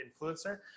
influencer